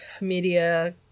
media